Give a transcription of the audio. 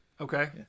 Okay